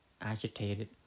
agitated